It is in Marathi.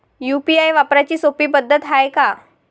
यू.पी.आय वापराची सोपी पद्धत हाय का?